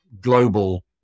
global